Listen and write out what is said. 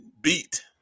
beat